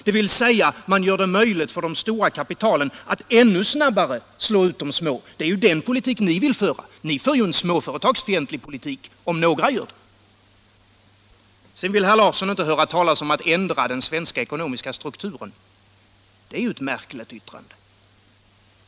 Man gör det alltså möjligt för de stora kapitalen att ännu snabbare slå ut de små. Det är den politik ni vill föra. Ni för en småföretagsfientlig politik, om några gör det. Så vill herr Larsson inte höra talas om att ändra den svenska ekonomiska strukturen. Det är ett märkligt yttrande.